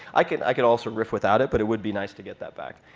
i can i can also riff without it, but it would be nice to get that back.